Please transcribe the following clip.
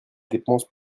dépenses